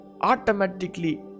automatically